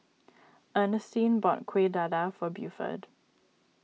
Ernestine bought Kueh Dadar for Buford